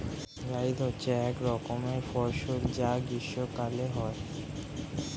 জায়িদ হচ্ছে এক রকমের ফসল যা গ্রীষ্মকালে হয়